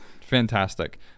Fantastic